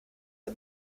der